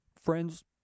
Friends